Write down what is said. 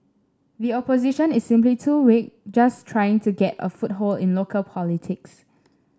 the Opposition is simply too weak just trying to get a foothold in local politics